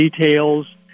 details